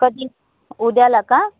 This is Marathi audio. कधी उद्याला का